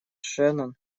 шеннон